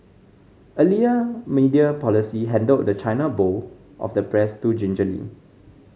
earlier media policy handled the China bowl of the press too gingerly